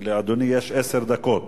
לאדוני יש עשר דקות.